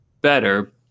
better